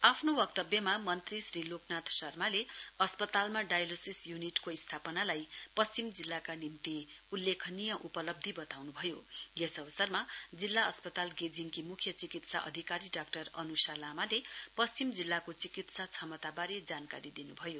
आफ्नो वक्तव्यमा मन्त्री श्री लोकनाथ शर्माले अस्पतालमा डायलोसिस य्निटको स्थापनालाई पश्चिम जिल्लाका निम्ति उल्लेखनीय उपलब्धि बताउन् भयो यस अवसरमा जिल्ला अस्पताल गेजिङकी मुख्य चिकित्सा अधिकारी डाक्टर अन्षा लामाले पश्चिम जिल्लाको चिकित्सा क्षमताबारे जानकारी दिनु भयो